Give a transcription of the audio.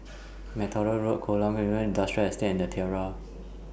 MacTaggart Road Kolam Ayer Industrial Estate and The Tiara